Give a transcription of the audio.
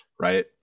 right